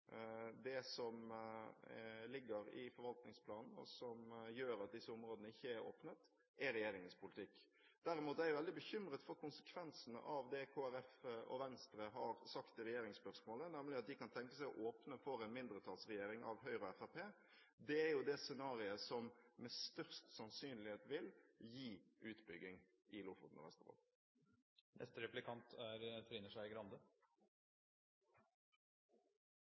Det som ligger i forvaltningsplanen, og som gjør at disse områdene ikke er åpnet, er regjeringens politikk. Derimot er jeg veldig bekymret for konsekvensene av det Kristelig Folkeparti og Venstre har sagt i regjeringsspørsmålet, nemlig at de kan tenke seg å åpne for en mindretallsregjering av Høyre og Fremskrittspartiet. Det er jo det scenariet som med størst sannsynlighet vil gi utbygging i Lofoten og